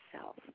self